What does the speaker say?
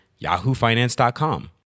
yahoofinance.com